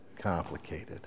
complicated